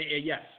Yes